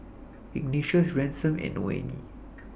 Ignatius Ransom and Noemie